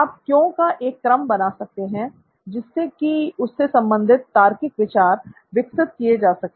आप क्यों का एक क्रम बना सकते हैं जिससे कि उससे संबंधित तार्किक विचार विकसित किए जा सके